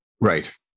Right